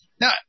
Now